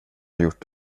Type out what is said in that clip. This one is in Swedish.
gjort